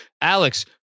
Alex